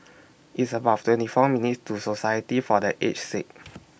It's about twenty four minutes' to Society For The Aged Sick